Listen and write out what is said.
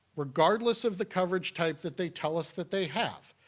regardless of the coverage type that they tell us that they have,